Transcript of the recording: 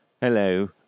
hello